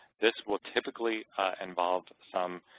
this will typically involve some